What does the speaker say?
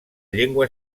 llengua